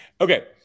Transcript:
Okay